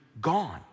gone